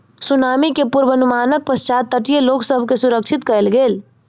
tsunami के पुर्वनुमानक पश्चात तटीय लोक सभ के सुरक्षित कयल गेल